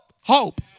hope